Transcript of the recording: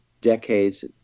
decades